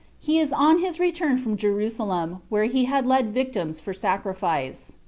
he is on his return from jerusalem, where he had led victims for sacrifice.